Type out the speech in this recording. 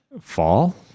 Fall